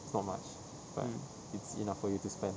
it's not much but it's enough for you to spend